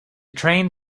train